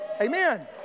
Amen